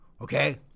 okay